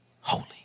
holy